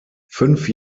fünf